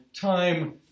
time